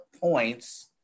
points